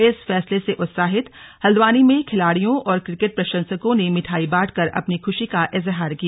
इस फैसले से उत्साहित हल्द्वानी में खिलाड़ियों और क्रिकेट प्रशंसकों ने मिठाई बांटकर अपनी खुशी का इजहार किया